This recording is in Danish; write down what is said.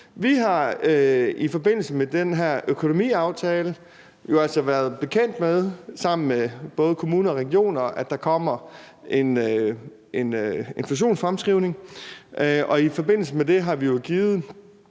Vi har i forbindelse med den her økonomiaftale jo altså været bekendt med, sammen med både kommuner og regioner, at der kommer en inflationsfremskrivning, og i forbindelse med det har vi givet